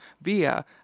via